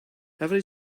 every